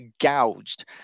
gouged